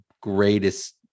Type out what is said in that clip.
greatest